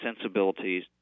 sensibilities